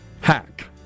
hack